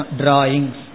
drawings